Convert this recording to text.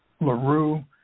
LaRue